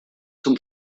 zum